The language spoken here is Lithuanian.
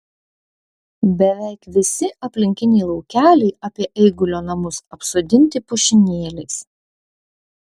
beveik visi aplinkiniai laukeliai apie eigulio namus apsodinti pušynėliais